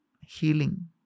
healing